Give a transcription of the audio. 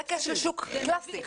זה כשל שוק קלאסי.